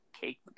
Cake